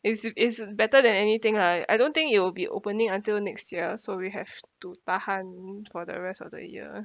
is is better than anything lah I don't think it will be opening until next year so we have to tahan for the rest of the year